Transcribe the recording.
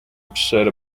upset